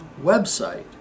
website